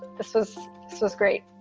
this is so is great